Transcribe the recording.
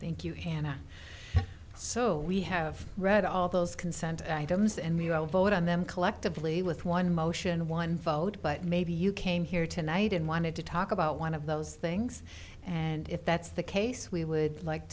thank you hannah so we have read all those consent i don't use and we go vote on them collectively with one motion one vote but maybe you came here tonight and wanted to talk about one of those things and if that's the case we would like